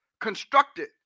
constructed